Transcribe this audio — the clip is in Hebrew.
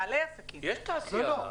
יש תעשייה,